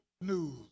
news